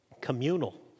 communal